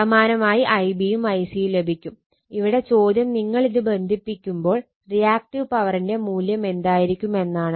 സമാനമായി Ib യും Ic യും ലഭിക്കും ഇവിടെ ചോദ്യം നിങ്ങളിത് ബന്ധിപ്പിക്കുമ്പോൾ റിയാക്ടീവ് പവറിന്റെ മൂല്യം എന്തായിരിക്കും എന്നതാണ്